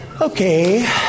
Okay